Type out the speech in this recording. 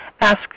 ask